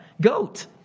goat